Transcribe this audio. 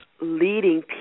leading